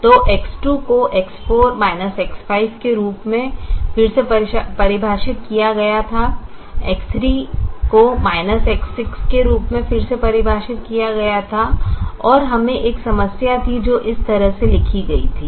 तो X2 को X4 X5 के रूप में फिर से परिभाषित किया गया था X3 को X6 के रूप में फिर से परिभाषित किया गया था और हमें एक समस्या थी जो इस तरह से लिखी गई थी